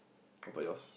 how about yours